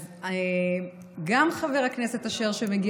אז גם חבר הכנסת אשר,